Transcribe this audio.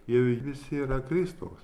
jie visi yra kristaus